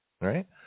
Right